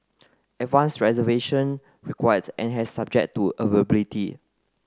advanced reservation required and had subject to availability